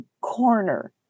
corner